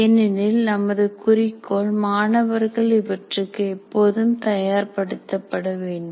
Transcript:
ஏனெனில் நமது குறிக்கோள் மாணவர்கள் இவற்றுக்கு எப்பொழுதும்தயார் படுத்தப்பட வேண்டும்